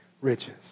riches